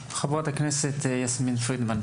חברת הכנסת פרידמן.